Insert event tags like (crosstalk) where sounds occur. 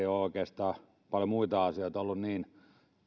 (unintelligible) ole oikeastaan paljon muita asioita ollut joissa niin